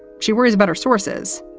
she worries about her sources,